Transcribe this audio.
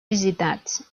visitats